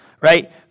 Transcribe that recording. Right